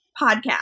podcast